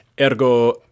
Ergo